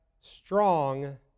strong